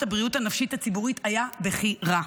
הבריאות הנפשית הציבורית היה בכי רע.